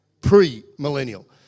pre-millennial